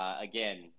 Again